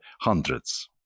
hundreds